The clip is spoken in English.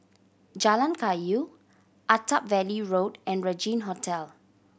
Jalan Kayu Attap Valley Road and Regin Hotel